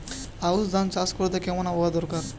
আউশ ধান চাষ করতে কেমন আবহাওয়া দরকার?